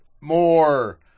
more